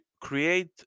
create